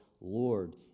Lord